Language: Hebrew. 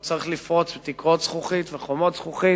והוא צריך לפרוץ תקרות זכוכית וחומות זכוכית.